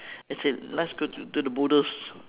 as in let's go to to the boulders